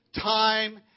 time